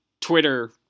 Twitter